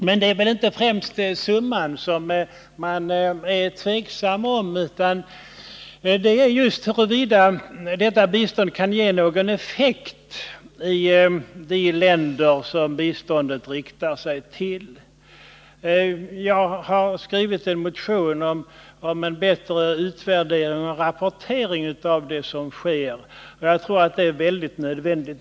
Men det är väl inte främst till summan som man är tveksam utan snarare till utsikterna att detta bistånd kan få någon effekt i de länder som det riktar sig till. Jag har skrivit en motion om att man skall ha en bättre utvärdering och rapportering av det som sker, och jag tror att detta är synnerligen nödvändigt.